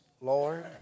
Lord